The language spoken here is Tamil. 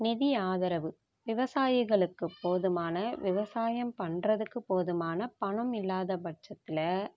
நிதி ஆதரவு விவசாயிகளுக்கு போதுமான விவசாயம் பண்ணுறதுக்கு போதுமான பணம் இல்லாத பட்சத்தில்